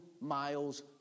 miles